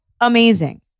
amazing